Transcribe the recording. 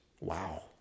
Wow